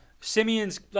Simeon's